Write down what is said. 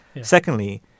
Secondly